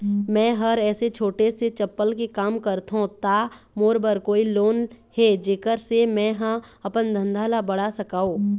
मैं हर ऐसे छोटे से चप्पल के काम करथों ता मोर बर कोई लोन हे जेकर से मैं हा अपन धंधा ला बढ़ा सकाओ?